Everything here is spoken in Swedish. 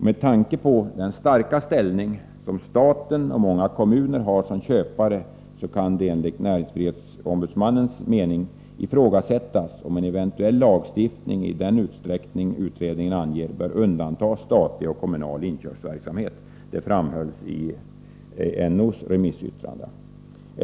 Med tanke på den starka ställning som staten och många kommuner har som köpare kan det enligt näringsfrihetsombudsmannens mening ifrågasättas om en eventuell lagstiftning i den utsträckning utredningen anger bör undanta statlig och kommunal inköpsverksamhet, framhölls i näringsfrihetsombudsmannens remissyttrande.